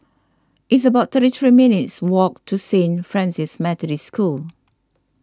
it's about thirty three minutes' walk to Saint Francis Methodist School